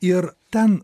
ir ten